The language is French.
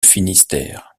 finistère